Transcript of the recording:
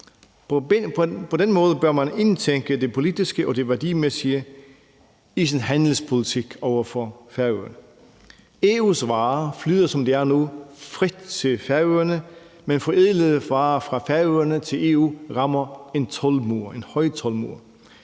På den måde bør man indtænke det politiske og det værdimæssige i sin handelspolitik over for Færøerne. EU's varer flyder, som det er nu, frit til Færøerne, men forædlede varer fra Færøerne til EU rammer en toldmur,